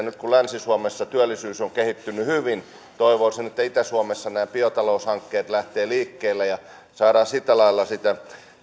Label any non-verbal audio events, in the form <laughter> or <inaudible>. <unintelligible> nyt kun länsi suomessa työllisyys on kehittynyt hyvin toivoisin että itä suomessa nämä biotaloushankkeet lähtevät liikkeelle ja saadaan sillä lailla sitä